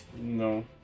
No